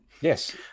Yes